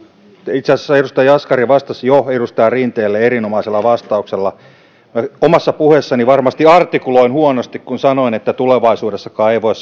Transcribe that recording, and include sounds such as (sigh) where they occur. itse asiassa edustaja jaskari vastasi jo edustaja rinteelle erinomaisella vastauksella omassa puheessani varmasti artikuloin huonosti kun sanoin että tulevaisuudessakaan ei voi (unintelligible)